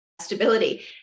stability